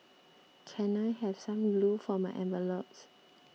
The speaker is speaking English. can I have some glue for my envelopes